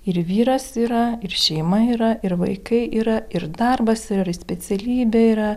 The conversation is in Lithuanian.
ir vyras yra ir šeima yra ir vaikai yra ir darbas ir specialybė yra